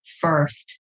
first